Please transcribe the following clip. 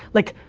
like,